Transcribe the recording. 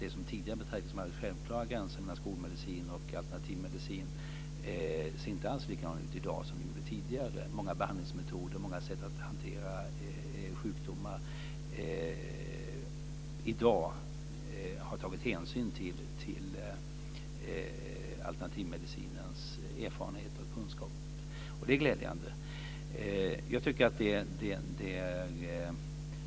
Det som tidigare betraktades som självklara gränser mellan skolmedicin och alternativmedicin ser inte alls likadant ut i dag. Många behandlingsmetoder och sätt att hantera sjukdomar tar i dag hänsyn till alternativmedicinens erfarenheter och kunskaper. Det är glädjande.